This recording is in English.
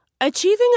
Achieving